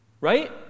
Right